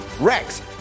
Rex